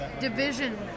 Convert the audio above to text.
division